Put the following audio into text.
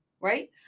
right